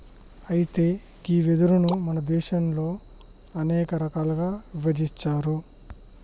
అయితే గీ వెదురును మన దేసంలో అనేక రకాలుగా ఇభజించారు